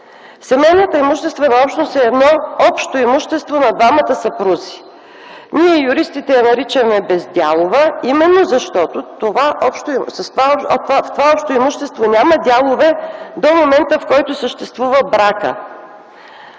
Семейната имуществена общност е общо имущество на двамата съпрузи. Ние, юристите, я наричаме бездялова, именно защото в това общо имущество няма дялове до момента, в който съществува бракът.